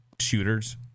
shooters